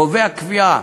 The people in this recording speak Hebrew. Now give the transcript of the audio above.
קובע קביעה?